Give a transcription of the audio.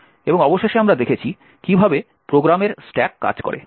এবং অবশেষে আমরা দেখেছি কীভাবে প্রোগ্রামের স্ট্যাক কাজ করে